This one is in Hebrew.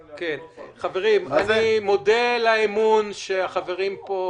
--- חברים, אני מודה על האמון שהחברים פה